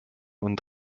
und